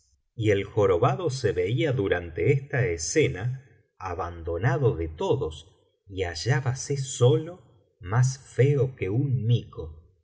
y el jorobado se veía durante esta escena abandonado de todos y hallábase solo más feo que un mico